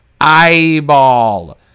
eyeball